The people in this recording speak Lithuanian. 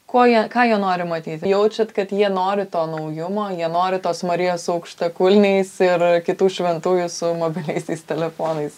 ko jie ką jie nori matyt jaučiat kad jie nori to naujumo jie nori tos marijos su aukštakulniais ir kitų šventųjų su mobiliaisiais telefonais